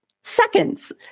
seconds